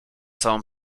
całą